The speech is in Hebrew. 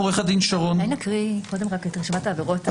אולי נקריא את רשימת העבירות?